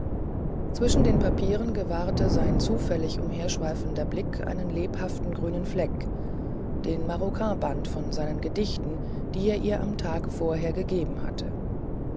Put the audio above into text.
zwischen den papieren gewahrte sein zufällig umherschweifender blick einen lebhaften grünen fleck den maroquinband von seinen gedichten die er ihr am tage vorher gegeben hatte